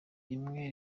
rimwe